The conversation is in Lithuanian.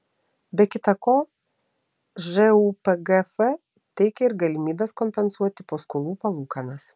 be kita ko žūpgf teikia ir galimybes kompensuoti paskolų palūkanas